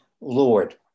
Lord